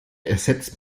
ersetzt